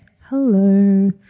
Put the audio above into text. hello